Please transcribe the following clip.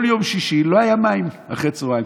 כל יום שישי לא היו מים אחרי הצוהריים,